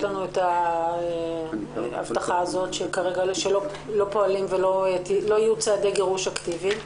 לנו את ההבטחה שלא פועלים ולא יהיו צעדי גירוש אקטיביים.